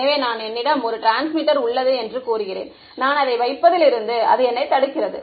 எனவே நாம் என்னிடம் ஒரு டிரான்ஸ்மிட்டர் உள்ளது என்று கூறுகிறேன் நான் அதை வைப்பதில் இருந்து அது என்னை தடுக்கிறது